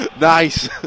Nice